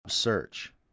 search